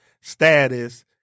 status